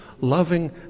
loving